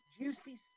juicy